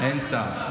אין שר.